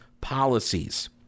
policies